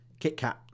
KitKat